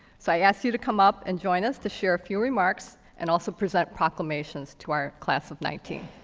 so i ask you to come up and join us to share a few remarks, and also present proclamations to our class of nineteen.